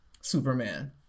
Superman